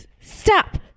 Stop